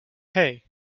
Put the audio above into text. hey